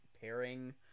pairing